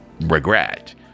regret